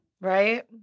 Right